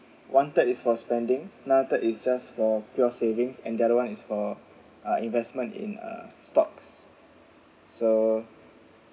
one third is for spending another third is just for pure savings and the other one is for uh investment in uh stocks so